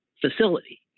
facility